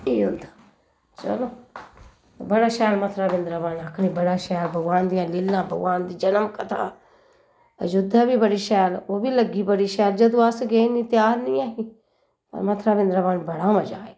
एह् होंदा चलो बड़ा शैल मथरा वृंदावन आखनी बड़ा शैल भगवान दियां लीलां भगवान दी जन्म कथा अयोध्या बी बड़ी शैल ओह् बी लग्गी बड़ी शैल जदूं अस गे नी त्यार निं ऐही मथरा वृंदावन बड़ा मज़ा आया